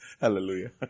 Hallelujah